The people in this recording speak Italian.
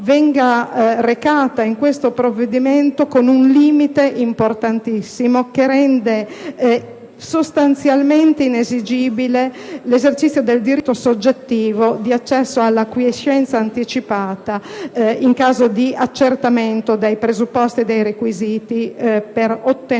venga recata in questo provvedimento con un limite importantissimo che rende sostanzialmente inesigibile l'esercizio del diritto soggettivo di accesso alla quiescenza anticipata in caso di accertamento dei presupposti e dei requisiti per ottenere